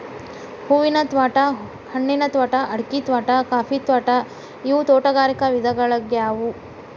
ಹೂವಿನ ತ್ವಾಟಾ, ಹಣ್ಣಿನ ತ್ವಾಟಾ, ಅಡಿಕಿ ತ್ವಾಟಾ, ಕಾಫಿ ತ್ವಾಟಾ ಇವು ತೋಟಗಾರಿಕ ವಿಧಗಳ್ಯಾಗ್ಯವು